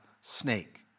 snake